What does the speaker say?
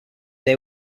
they